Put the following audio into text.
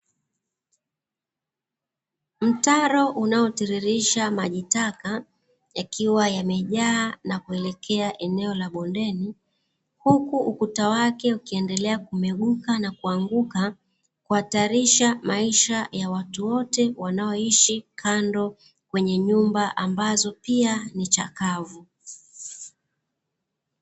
Mtaro unaotiririsha maji taka, yakiwa umejaa na kuelekea eneo la bondeni huku ukuta wake ukiendelea kumeguka na kuanguka, kuhatarisha maisha ya watu wote wanaoishi kando kwenye nyumba ambazo pia ni chakavu.